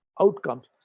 outcomes